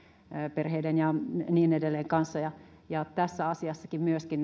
perheiden ja niin edelleen kanssa tässäkin asiassa myöskin